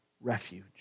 refuge